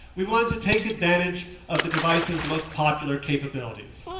we wanted to take advantage of the device's most popular capabilities.